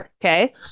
Okay